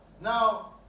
Now